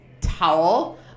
towel